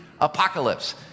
apocalypse